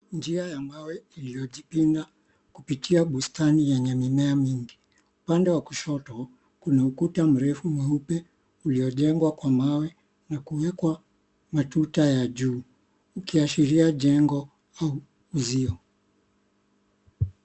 Njia ambayo iliyojikinga kupitia bustani yenye mimea mingi. Upande wa kushoto, kuna ukuta mrefu mweupe uliojengwa kwa mawe na kuekwa matuta ya juu ukiashiria jengo au kipumzio.